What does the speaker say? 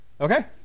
Okay